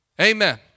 Amen